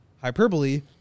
hyperbole